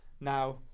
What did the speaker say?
Now